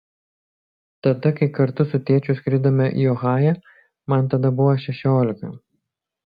tada kai kartu su tėčiu skridome į ohają man tada buvo šešiolika